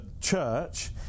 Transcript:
church